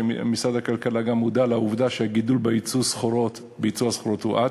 ומשרד הכלכלה גם מודע לעובדה שהגידול ביצוא הסחורות הואט.